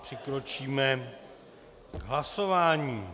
Přikročíme k hlasování.